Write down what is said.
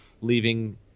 leaving